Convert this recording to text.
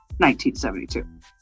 1972